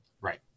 Right